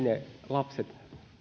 ne lapset